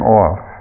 off